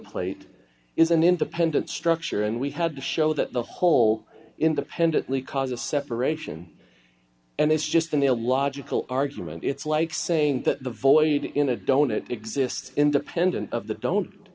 plate is an independent structure and we had to show that the hole independently caused a separation and is just an illogical argument it's like saying that the void in a don't it exists independent of the don't